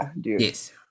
Yes